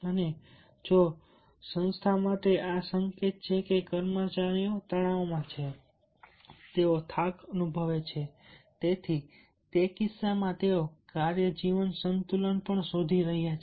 અને જો સંસ્થા માટે સંકેત છે કે કર્મચારીઓ તણાવમાં છે તેઓ થાક અનુભવે છે તેથી તે કિસ્સામાં તેઓ કાર્ય જીવન સંતુલન પણ શોધી રહ્યા છે